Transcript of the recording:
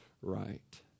right